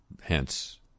hence